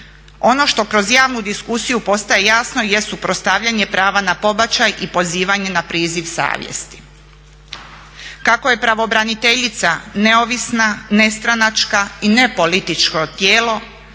Ono što kroz javnu diskusiju postaje jasno jesu postavljanje prava na pobačaj i pozivanje na priziv savjesti. Kako je pravobraniteljica neovisna, nestranačka i nepolitičko tijelo